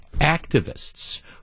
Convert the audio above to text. activists